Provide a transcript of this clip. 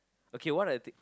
okay what I think